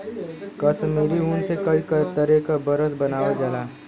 कसमीरी ऊन से कई तरे क बरस बनावल जाला